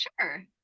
Sure